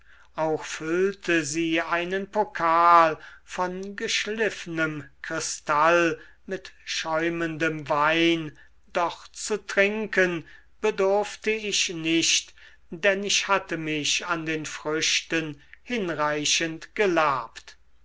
auch füllte sie einen pokal von geschliffnem kristall mit schäumendem wein doch zu trinken bedurfte ich nicht denn ich hatte mich an den früchten hinreichend gelabt